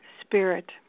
spirit